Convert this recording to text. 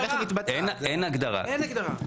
אין הגדרה,